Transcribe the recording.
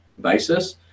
basis